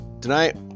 Tonight